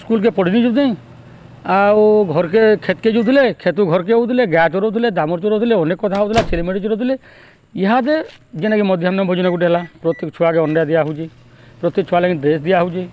ସ୍କୁଲ୍କେ ପଢ଼ିି ନି ଯାଉ ଥାଇ ଆଉ ଘର୍କେ କ୍ଷେତ୍କେ ଯୋଉଥିଲେ କ୍ଷେତୁ ଘର୍କେ ଯଉଥିଲେ ଗାଏ ଚରଉଥିଲେ ଦାମୁର୍ ଚୋରଉଥିଲେ ଅନେକ୍ କଥା ହଉଥିଲା ଛେଲ୍ ମେଡ଼ି ଚରଉଥିଲେ ଇହାଦେ ଯେନ୍ଟାକି ମଧ୍ୟାହ୍ନ ଭୋଜନ ଗୁଟେ ହେଲା ପ୍ରତ୍ୟେକ୍ ଛୁଆ ଅଣ୍ଡା ଦିଆ ହଉଚେ ପ୍ରତ୍ୟେକ୍ ଛୁଆ ଲାଗି ଡ୍ରେସ୍ ଦିଆ ହଉଚେ